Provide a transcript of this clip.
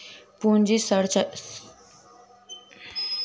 पूंजी संरचना व्यापारक वित्त में उपयोग कयल जाइत अछि